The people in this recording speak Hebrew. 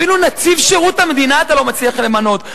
אפילו נציב שירות המדינה אתה לא מצליח למנות,